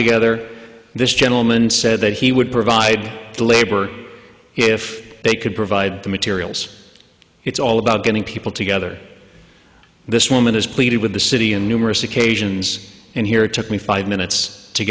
together this gentleman said that he would provide the labor if they could provide the materials it's all about getting people together this woman has pleaded with the city in numerous occasions and here it took me five minutes to